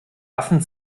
affen